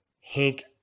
Hank